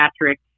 Patrick